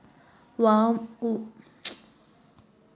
वावरमा कुरपाड्या, गवतनी घाण व्हयी जायेल शे, काय करवो तेच कयत नही?